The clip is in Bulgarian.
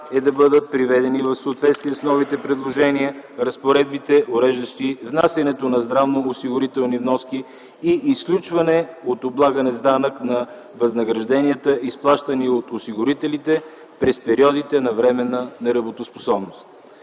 е да бъдат приведени в съответствие с новите предложения, разпоредбите, уреждащи внасянето на здравноосигурителни вноски и изключване от облагане с данък на възнагражденията, изплащани от осигурителите през периодите на временна неработоспособност.